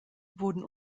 wurden